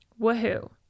Woohoo